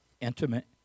Intimate